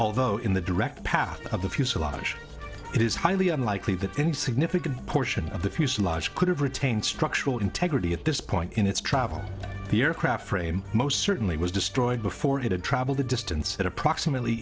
although in the direct path of the fuselage it is highly unlikely that any significant portion of the fuselage could have retained structural integrity at this point in its travel the aircraft frame most certainly was destroyed before it had travelled the distance at approximately